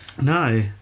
No